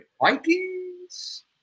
Vikings